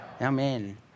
Amen